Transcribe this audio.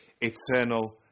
eternal